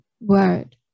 Word